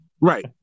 Right